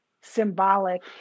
symbolic